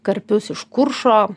karpius iš kuršo